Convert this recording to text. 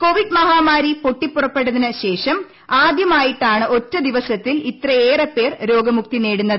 Covid മഹാമാരി പൊട്ടിപ്പുറപ്പെട്ടതിന് ശേഷം ആദ്യമായിട്ടാണ് ഒറ്റ ദിവസത്തിൽ ഇത്രയേറെ പേർ രോഗ്മൂക്തി നേടുന്നത്